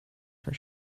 for